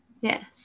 Yes